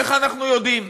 איך אנחנו יודעים?